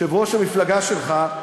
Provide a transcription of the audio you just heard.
יושב-ראש המפלגה שלך,